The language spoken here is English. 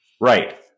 Right